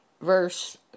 verse